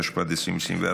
התשפ"ד 2024,